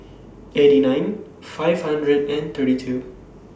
eighty nine five hundred and thirty two